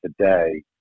today